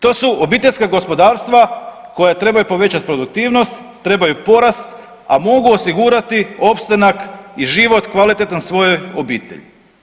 To su obiteljska gospodarstva koja trebaju povećati produktivnost, trebaju porast, a mogu osigurati opstanak i život kvalitetan svojoj obitelji.